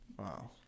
Wow